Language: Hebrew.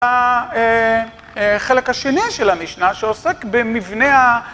החלק השני של המשנה, שעוסק במבנה ה...